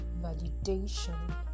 validation